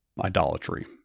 idolatry